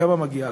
לכמה מגיעה?